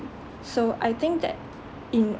so I think that in